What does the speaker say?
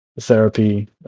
therapy